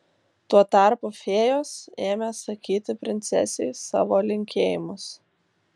tuo tarpu fėjos ėmė sakyti princesei savo linkėjimus